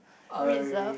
reserve